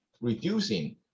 reducing